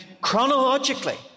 chronologically